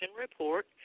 Report